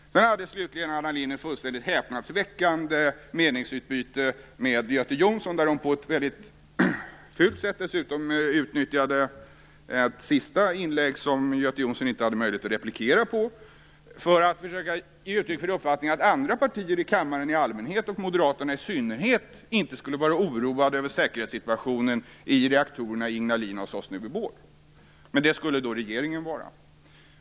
Slutligen hade Anna Lind ett fullständigt häpnadsväckande meningsutbyte med Göte Jonsson där hon dessutom på ett mycket fult sätt utnyttjade ett sista inlägg som Göte Jonsson inte hade möjlighet att replikera på för att försöka ge uttryck för uppfattningen att andra partier i kammaren i allmänhet och Moderaterna i synnerhet inte skulle vara oroade över säkerhetssituationen i reaktorerna i Ignalina och Sosnovyj Bor. Men det skulle då regeringen vara.